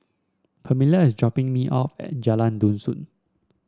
Permelia is dropping me off at Jalan Dusun